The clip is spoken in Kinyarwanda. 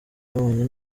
nabonye